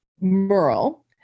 Merle